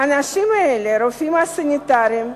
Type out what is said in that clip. האנשים האלה, הרופאים הסניטרים,